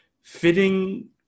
fitting